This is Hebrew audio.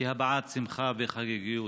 להבעת שמחה וחגיגיות.